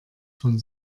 von